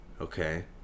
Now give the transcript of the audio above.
Okay